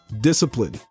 Discipline